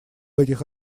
этих